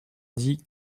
dix